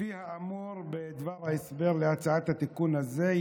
לפי האמור בדבר ההסבר לתיקון הזה.